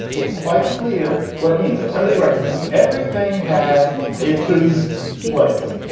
it's quite clear what it means. if somebody writes everything has it is place.